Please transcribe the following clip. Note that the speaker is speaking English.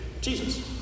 Jesus